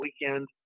weekend